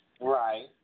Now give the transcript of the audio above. Right